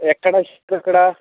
ఎక్కడ ఇసుకెక్కడ